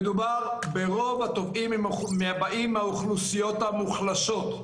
רוב הטובעים באים מהאוכלוסיות המוחלשות,